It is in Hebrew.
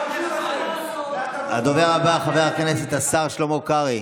אל תנסה, הדובר הבא, חבר הכנסת השר שלמה קרעי,